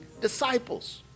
disciples